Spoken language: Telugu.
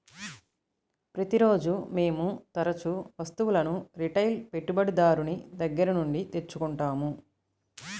ప్రతిరోజూ మేము తరుచూ వస్తువులను రిటైల్ పెట్టుబడిదారుని దగ్గర నుండి తెచ్చుకుంటాం